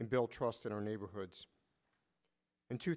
and build trust in our neighborhoods in two